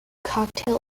cocktail